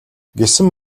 гэсэн